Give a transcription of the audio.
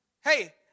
Hey